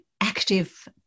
active